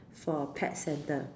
for pet centre